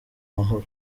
mahoro